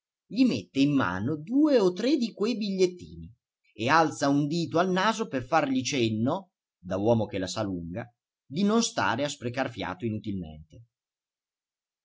gli mette in mano due o tre di quei bigliettini e alza un dito al naso per fargli cenno da uomo che la sa lunga di non stare a sprecar fiato inutilmente